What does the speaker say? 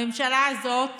הממשלה הזאת